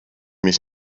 mich